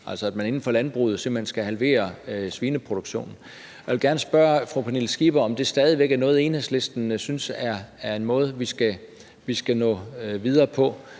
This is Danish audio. altså at man inden for landbruget simpelt hen skal halvere svineproduktionen. Jeg vil gerne spørge fru Pernille Skipper, om det stadig væk er noget, som Enhedslisten synes er en måde, vi skal nå videre på.